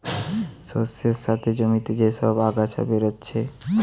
শস্যের সাথে জমিতে যে সব আগাছা বেরাচ্ছে